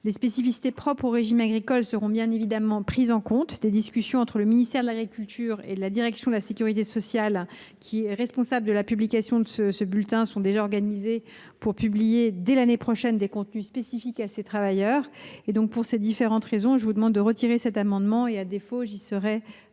Les spécificités propres au régime agricole seront bien évidemment prises en compte. Des discussions entre le ministère de l’agriculture et la direction de la sécurité sociale, qui est responsable de la publication du bulletin, sont déjà organisées pour publier dès l’année prochaine des contenus spécifiques à ces travailleurs. Pour ces différentes raisons, je vous demande de retirer cet amendement ; à défaut, j’y serai